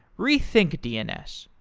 rethink dns,